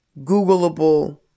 googleable